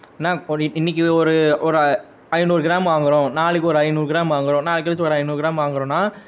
என்ன பொடி இன்றைக்கி ஒரு ஒரு ஐநூறு க்ராம் வாங்குறோம் நாளைக்கு ஒரு ஐநூறு க்ராம் வாங்குறோம் நாளைக்கழிச்சி ஒரு ஐநூறு க்ராம் வாங்குறோன்னா